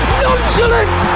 nonchalant